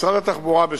משרד התחבורה פועל,